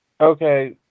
Okay